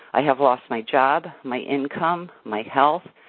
i have lost my job, my income, my health,